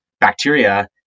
bacteria